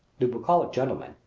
the bucolic gentleman,